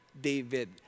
David